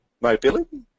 mobility